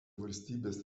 valstybės